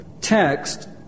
text